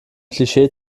klischee